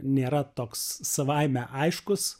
nėra toks savaime aiškus